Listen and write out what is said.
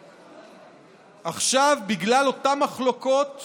ובגלל אותן מחלוקות